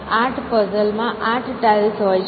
8 puzzle માં 8 tiles હોય છે